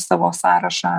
savo sąrašą